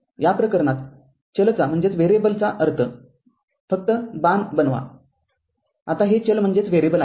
या प्रकरणातचलचा अर्थ फक्त बाण बनवा आता हे चल आहे